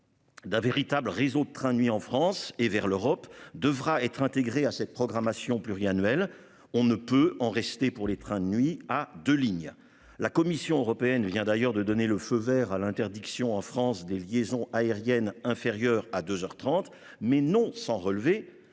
D'un véritable réseau de trains de nuit en France et vers l'Europe devra être intégrée à cette programmation pluriannuelle. On ne peut en rester pour les trains de nuit à de lignes. La Commission européenne vient d'ailleurs de donner le feu Vert à l'interdiction en France des liaisons aériennes inférieures à 2h 30 mais non sans relever